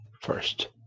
first